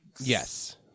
Yes